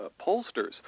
pollsters